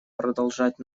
продолжать